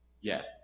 Yes